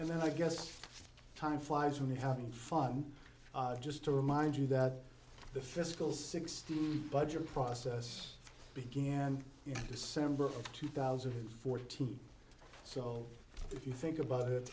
and i guess time flies when you're having fun just to remind you that the fiscal sixteen budget process began in december of two thousand and fourteen so if you think about it